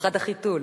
במיוחד החיתול.